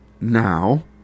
now